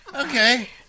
Okay